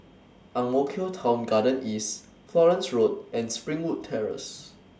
Ang Mo Kio Town Garden East Florence Road and Springwood Terrace